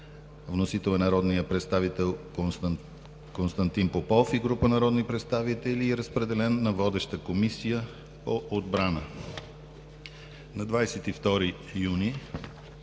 Вносител е народният представител Константин Попов и група народни представители. Разпределен е на водещата Комисия по отбрана. На 22 юни